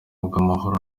bw’amahoro